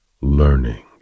learning